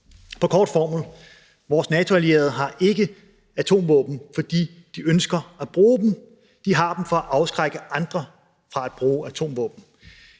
På kort formel: Vores NATO-allierede har ikke atomvåben, fordi de ønsker at bruge dem. De har dem for at afskrække andre fra at bruge atomvåben.